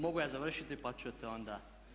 Mogu ja završiti pa ćete onda.